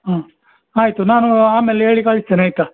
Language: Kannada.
ಹಾಂ ಆಯಿತು ನಾನು ಆಮೇಲೆ ಹೇಳಿ ಕಳಿಸ್ತೇನೆ ಆಯ್ತಾ